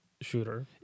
shooter